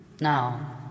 Now